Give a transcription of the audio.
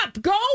go